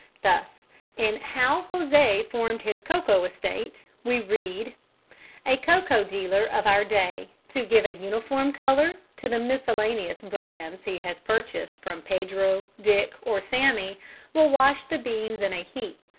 thus in how jose formed his cocoa estate we read a cocoa dealer of our day to give a uniform colour to the miscellaneous brands he has purchased from pedro, dick, or sammy will wash the beans in a heap,